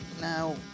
Now